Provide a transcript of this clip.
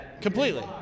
Completely